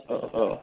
औ